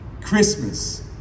Christmas